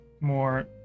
more